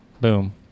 Boom